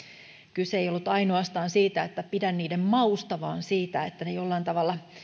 kyse ei ollut ainoastaan siitä että pidän niiden mausta vaan siitä että ne jollain tavalla